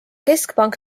keskpank